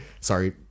Sorry